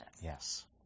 Yes